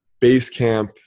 Basecamp